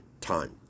time